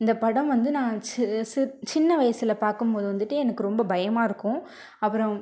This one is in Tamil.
இந்த படம் வந்து நான் சி சி சின்ன வயதில் பார்க்கும்போது வந்துட்டு எனக்கு ரொம்ப பயமாகருக்கும் அப்புறம்